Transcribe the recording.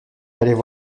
fallait